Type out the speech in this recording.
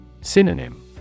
Synonym